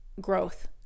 growth